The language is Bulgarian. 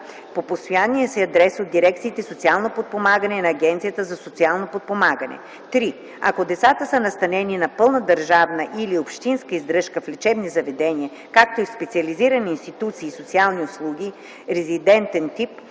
по постоянния си адрес от дирекциите „Социално подпомагане” на Агенцията за социално подпомагане. (3) Ако децата са настанени на пълна държавна или общинска издръжка в лечебни заведения, както и в специализирани институции и социални услуги – резидентен тип,